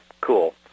cool